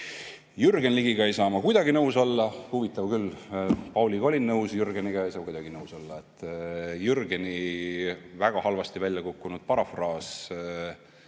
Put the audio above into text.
Jürgen Ligiga ei saa ma kuidagi nõus olla. Huvitav küll: Pauliga olin nõus, Jürgeniga ei saa kuidagi nõus olla. Jürgeni väga halvasti välja kukkunud parafraas